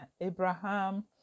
abraham